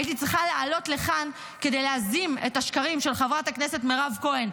הייתי צריכה לעלות לכאן כדי להזים את השקרים של חברת הכנסת מירב כהן,